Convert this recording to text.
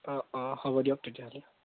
অঁ অঁ হ'ব দিয়ক তেতিয়াহ'লে